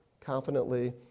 confidently